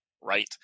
right